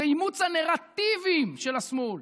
זה אימוץ הנרטיבים של השמאל.